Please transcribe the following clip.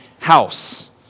house